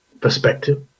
perspective